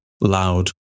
loud